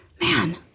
man